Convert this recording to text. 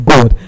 God